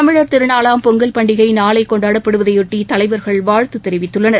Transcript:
தமிழர் திருநாளாம் பொங்கல் பண்டிகை நாளை கொண்டாடப்படுவதையொட்டி தலைவர்கள் வாழ்த்து தெரிவித்துள்ளனர்